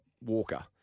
Walker